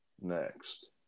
next